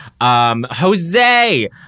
Jose